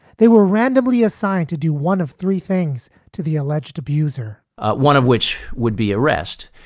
they were randomly assigned to do one of three things to the alleged abuser one of which would be arrest.